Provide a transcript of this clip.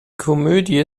komödie